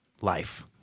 life